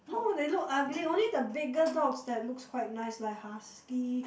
no they look ugly only the bigger dogs that looks quite nice like husky